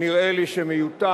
נראה לי שמיותר,